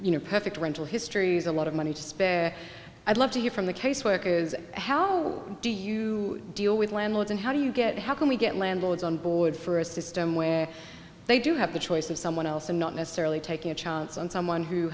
you know perfect rental histories a lot of money to spare i'd love to hear from the caseworkers how do you deal with landlords and how do you get how can we get landlords on board for a system where they do have the choice of someone else and not necessarily taking a chance on someone who